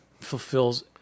fulfills